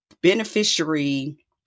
beneficiary